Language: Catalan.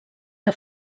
que